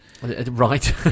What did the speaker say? right